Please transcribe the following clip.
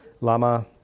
lama